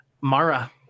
Mara